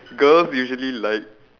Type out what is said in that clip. girls usually like